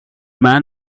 man